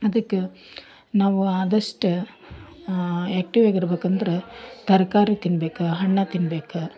ಅದಕ್ಕೆ ನಾವು ಆದಷ್ಟು ಆ್ಯಕ್ಟಿವಾಗಿರ್ಬೇಕಂದ್ರೆ ತರಕಾರಿ ತಿನ್ಬೇಕು ಹಣ್ಣು ತಿನ್ಬೇಕು